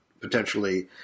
potentially